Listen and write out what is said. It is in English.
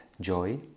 joy